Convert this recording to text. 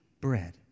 bread